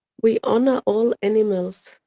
we honor all animals,